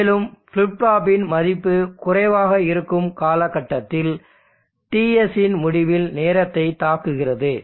மேலும் ஃபிளிப் ஃப்ளாப்பின் மதிப்பு குறைவாக இருக்கும் காலகட்டத்தில் TSன் முடிவில் நேரத்தை தாக்குகிறது